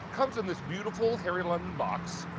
comes in this beautiful harry london box,